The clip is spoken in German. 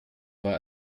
war